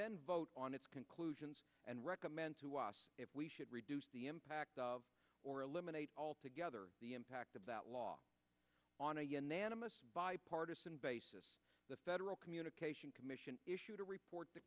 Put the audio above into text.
then vote on its conclusions and recommend to us if we should reduce the impact or eliminate altogether the impact of that law on a unanimous bipartisan basis the federal communication commission issued a report t